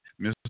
Mr